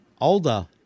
Older